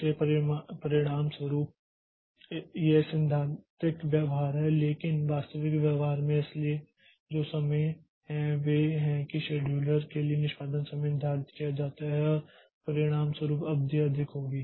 इसलिए परिणामस्वरूप इसलिए यह सैद्धांतिक व्यवहार है लेकिन वास्तविक व्यवहार में इसलिए जो समय हैं वे हैं कि शेड्यूलर के लिए निष्पादन समय निर्धारित किया जाता है और परिणामस्वरूप अवधि अधिक होगी